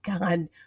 God